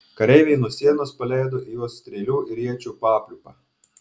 kareiviai nuo sienos paleido į juos strėlių ir iečių papliūpą